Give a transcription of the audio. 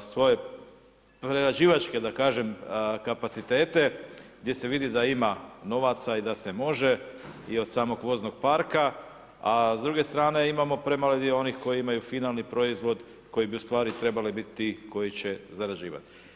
svoje prerađivačke, da kažem, kapacitete, gdje se vidi da ima novaca i da se može i od samog voznog parka, a s druge strane imamo premalo onih koji imaju finalni proizvod, koji bi ustvari trebali biti ti koji će zarađivati.